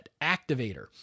activator